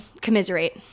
Commiserate